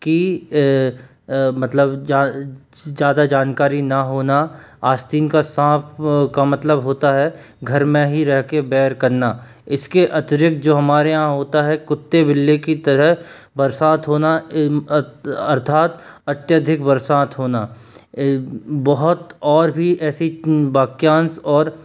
की मतलब ज़्यादा जानकारी न होना आस्तीन का साँप का मतलब होता है घर में ही रह कर बैर करना इसके अतिरिक्त जो हमारे यहाँ होता है कुत्ते बिल्ली की तरह बरसात होना अर्थात अत्यधिक बरसात होना बहुत और भी ऐसी वाक्यांश और